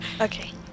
Okay